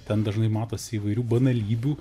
ten dažnai matosi įvairių banalybių